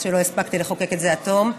שלא הספקתי לחוקק את זה עד תום,